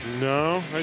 no